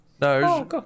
no